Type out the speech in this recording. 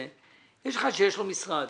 יש אחד שיש לו משרד